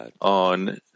on